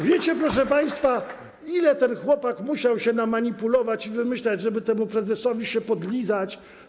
Wiecie, proszę państwa, jak ten chłopak musiał się namanipulować i wymyślać, żeby temu prezesowi się podlizać?